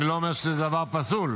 אני לא אומר שזה דבר פסול,